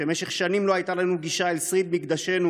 שבמשך שנים לא הייתה לנו גישה אל שריד מקדשנו,